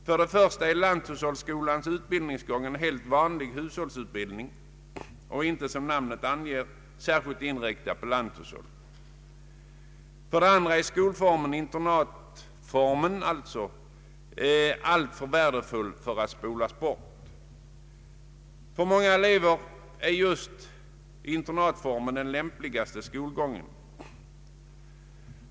För det första ger lanthushållsskolans utbildningsgång en helt vanlig hushållsutbildning och inte, som namnet anger, en på lanthushåll särskilt inriktad utbildning. För det andra är skolformen, internatformen, alltför värdefull för att slopas. För många elever är just internatformen den lämpligaste skolgången.